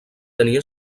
tenia